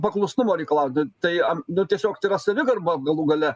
paklusnumo reikalauti tai nu tiesiog tai yra savigarba galų gale